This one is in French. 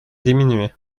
diminuer